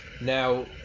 now